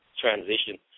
transition